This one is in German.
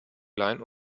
line